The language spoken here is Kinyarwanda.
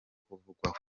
kuvugwaho